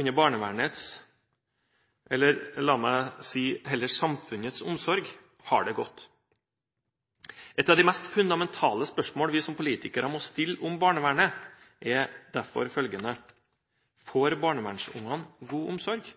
under barnevernets – eller la meg heller si samfunnets – omsorg har det godt. Et av de mest fundamentale spørsmålene vi som politikere må stille om barnevernet er derfor følgende: Får barnevernsbarna god omsorg?